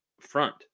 front